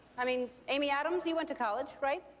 i mean, amy adams, you went to college, right?